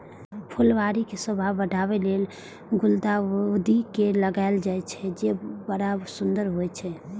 फुलबाड़ी के शोभा बढ़ाबै लेल गुलदाउदी के लगायल जाइ छै, जे बड़ सुंदर होइ छै